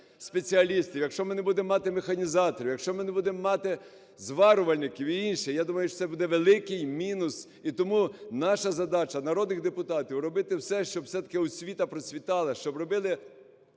спеціалістів, якщо ми не будемо мати механізаторів, якщо ми не будемо мати зварювальників і інше, я думаю, що це буде великий мінус. І тому наша задача, народних депутатів, робити все, щоб все-таки освіта процвітала, щоб робили…